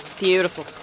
Beautiful